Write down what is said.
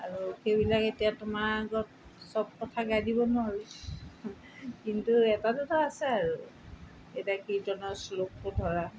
আৰু সেইবিলাক এতিয়া তোমাৰ আগত চব কথা গাই দিব নোৱাৰোঁ কিন্তু এটা দুটা আছে আৰু এতিয়া কীৰ্তনৰ শ্লোক ধৰা